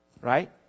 Right